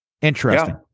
interesting